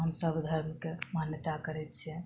हमसब धर्मके मान्यता करै छियै